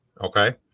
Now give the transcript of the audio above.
okay